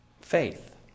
faith